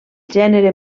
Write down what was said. gènere